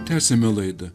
tęsiame laidą